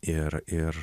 ir ir